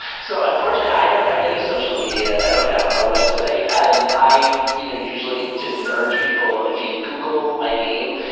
so unfortunately, i don't have any social media and i don't have a website. i and i you know usually just urge people, if you google my name,